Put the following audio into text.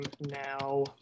now